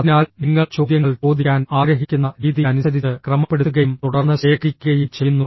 അതിനാൽ നിങ്ങൾ ചോദ്യങ്ങൾ ചോദിക്കാൻ ആഗ്രഹിക്കുന്ന രീതി അനുസരിച്ച് ക്രമപ്പെടുത്തുകയും തുടർന്ന് ശേഖരിക്കുകയും ചെയ്യുന്നു